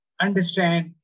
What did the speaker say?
understand